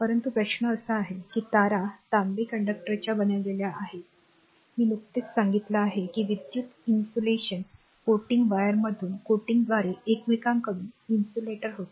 परंतु प्रश्न असा आहे की तारा तांबे कंडक्टरच्या बनविलेल्या आहेत मी नुकतीच सांगितले आहे की विद्युत इन्सुलेशन कोटिंग वायरमधून कोटिंगद्वारे एकमेकांकडून इन्सुलेटर होते